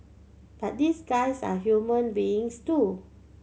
but these guys are human beings too